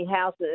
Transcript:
houses